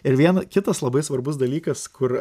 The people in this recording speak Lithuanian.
ir vien kitas labai svarbus dalykas kur